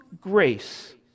grace